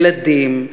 ילדים,